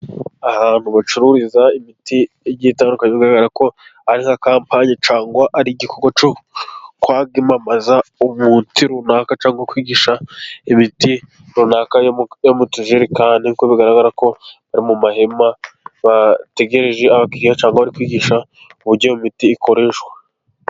Ahantu bacururiza imiti igiye itandukanye, birimo bigaragara ko ari nka kampani cyangwa ari igikorwa cyo kwamamaza umuti runaka, cyangwa kwigisha imiti runaka yo mu tujerikani, kuko bigaragara ko bari mu mahema bategereje abakiriya, cyangwa kwigisha uburyo iyo miti ikoreshwa.